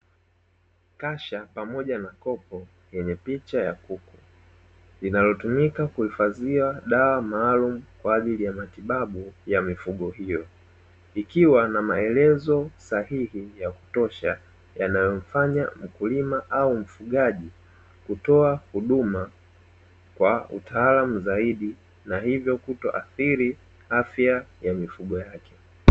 Kasha pamoja na kopo yenye picha ya kuku linalotumika kuhifadhia dawa maalumu, kwa ajili ya matibabu ya mifugo hiyo ikiwa na maelezo sahihi ya kutosha, yanayomfanya mkulima au mfugaji kutoa huduma kwa utaalamu zaidi na hivyo kutoathiri afya ya mifugo yake.